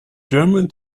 german